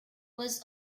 was